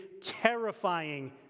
terrifying